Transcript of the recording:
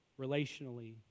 relationally